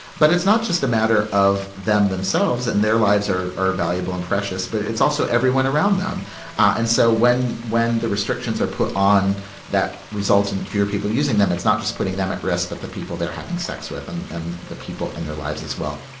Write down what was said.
but it's not just a matter of them themselves. and their lives are are valuable and precious, but it's also everyone around them and so when when the restrictions are put on that result in fewer people using them, it's not just putting them at risk, but the people they're having sex with. and the people in their lives as well